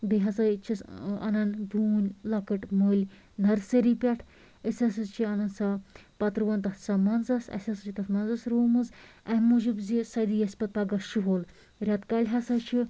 بیٚیہِ ہسا أسۍ چھِس ٲں اَنان بوٗنۍ لۄکٕٹۍ مٔلی نَرسٔری پٮ۪ٹھ أسۍ ہسا چھِ اَنان سۄ پَتہٕ رُوان تَتھ سۄ مَنزَس اسہِ ہسا چھِ تَتھ مَنزَس رومٕژ اَمہِ موٗجوٗب زِ سۄ دی اسہِ پتہٕ پَگاہ شُہُل ریٚتہٕ کالہِ ہسا چھُ